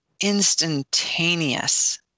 instantaneous